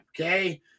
okay